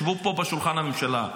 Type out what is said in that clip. שבו פה בשולחן הממשלה.